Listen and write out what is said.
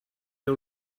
all